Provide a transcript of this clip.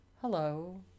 Hello